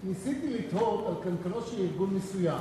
ניסיתי לתהות על קנקנו של ארגון מסוים,